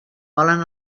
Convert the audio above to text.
volen